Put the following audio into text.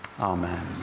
amen